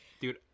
Dude